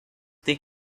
they